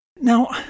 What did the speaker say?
Now